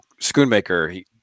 Schoonmaker –